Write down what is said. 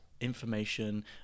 information